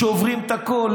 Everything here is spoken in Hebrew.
שוברים את הכול.